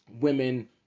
women